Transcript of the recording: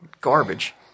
Garbage